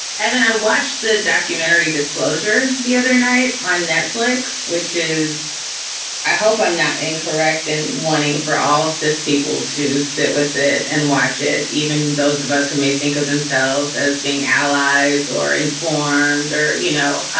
i mean, i watched the documentary disclosure the other night on netflix, which is i hope i'm not incorrect in wanting for all this people to sit with it and watch it. even those of us who may think of themselves as being allies or an formed or, you know,